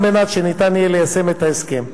על מנת שניתן יהיה ליישם את ההסכם,